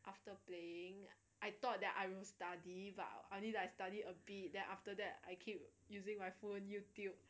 after playing I thought that I will study but I only like study a bit then after that I keep using my phone Youtube